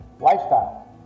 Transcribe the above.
lifestyle